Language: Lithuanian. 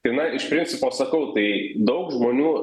tai na iš principo sakau tai daug žmonių